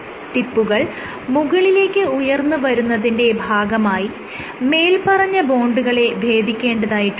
ടിപ്പുകൾ മുകളിലേക്ക് ഉയർന്ന് വരുന്നതിന്റെ ഭാഗമായി മേല്പറഞ്ഞ ബോണ്ടുകളെ ഭേദിക്കേണ്ടതായിട്ടണ്ട്